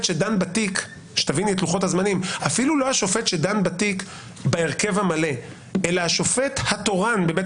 שדן בתיק שתביני את לוחות הזמנים בהרכב המלא אלא השופט התורן בבית